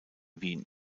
wien